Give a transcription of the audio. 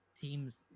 teams